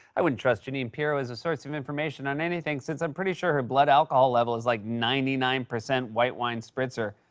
i wouldn't trust jeanine pirro as a source of information on anything, since i'm pretty sure her blood alcohol level is like ninety nine percent white wine spritzer.